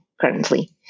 currently